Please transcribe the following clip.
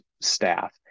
staff